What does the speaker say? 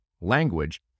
language